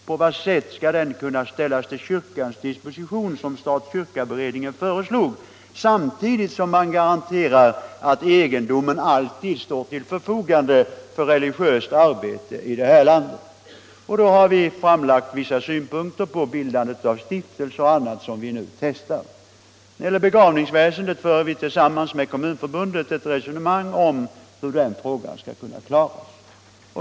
På vad sätt-kan den ställas till kyrkans disposition, som stat-kyrka-beredningen föreslog, samtidigt som man garanterar att egendomen alltid står till förfogande för religiöst arbete här i landet? Vi har framlagt vissa synpunkter på bildandet av stiftelser och annat som vi nu testar. När det gäller begravningsväsendet för vi med Kommunförbundet ett resonemang om hur den frågan skall kunna lösas.